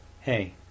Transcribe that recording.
hey